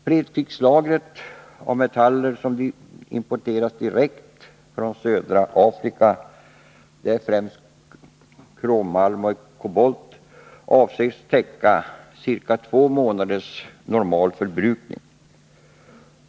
Fredskrislagret av metaller som importeras direkt från södra Afrika — det är främst krommalm och kobolt — avses täcka ca två månaders normal förbrukning.